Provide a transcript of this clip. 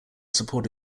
support